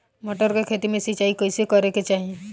मटर के खेती मे सिचाई कइसे करे के चाही?